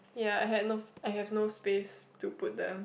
ya I had no I had no space to put them